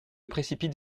précipite